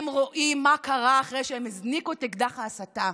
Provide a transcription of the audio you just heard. הם רואים מה קרה אחרי שהם הזניקו את אקדח ההסתה.